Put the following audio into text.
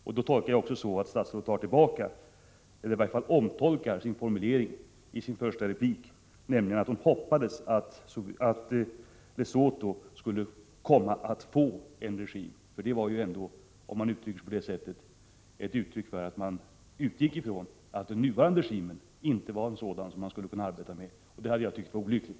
Jag tolkar det så, att statsrådet tar tillbaka eller i varje fall omtolkar innebörden av sin formulering i den första repliken, nämligen att hon hoppas att Lesotho skulle komma att få en sådan regim att..., osv. Om man uttrycker sig på det sättet, utgår man ifrån att den nuvarande regimen inte är en sådan som man skulle kunna arbeta med. Det tycker jag skulle ha varit olyckligt.